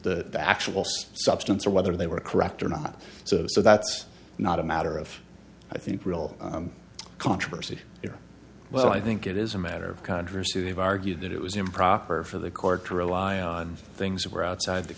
actual substance or whether they were correct or not so so that's not a matter of i think real controversy here well i think it is a matter of controversy they've argued that it was improper for the court to rely on things that were outside the